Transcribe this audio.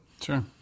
Sure